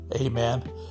Amen